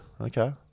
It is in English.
Okay